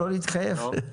לא להתחייב?